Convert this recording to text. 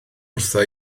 wrtha